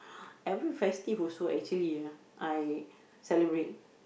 every festive also actually ah I celebrate